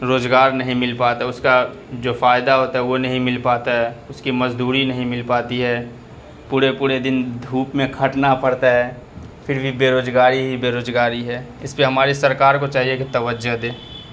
روزگار نہیں مل پاتا اس کا جو فائدہ ہوتا ہے وہ نہیں مل پاتا ہے اس کی مزدوری نہیں مل پاتی ہے پورے پورے دن دھوپ میں کھٹنا پڑتا ہے پھر بھی بیروزگاری ہی بیروزگاری ہے اس پہ ہماری سرکار کو چاہیے کہ توجہ دے